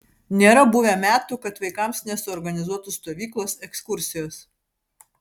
nėra buvę metų kad vaikams nesuorganizuotų stovyklos ekskursijos